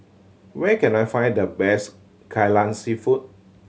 where can I find the best Kai Lan Seafood